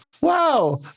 wow